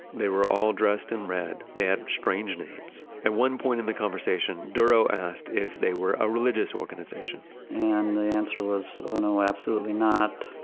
they were all dressed in red. they had strange names. at one point in the conversation, durow asked if they were a religious organization and the answer was, oh, no, absolutely not.